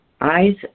eyes